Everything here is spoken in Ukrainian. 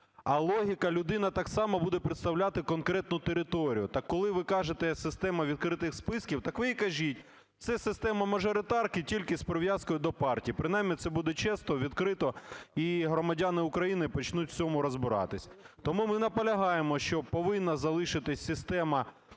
А логіка? Людина так само буде представляти конкретну територію. Так коли ви кажете, система відкритих списків, так ви і кажіть: "Це система мажоритарки, тільки з прив'язкою до партії". Принаймні це буде чесно, відкрито і громадяни України почнуть в цьому розбиратись. Тому ми наполягаємо, що повинна залишитись система,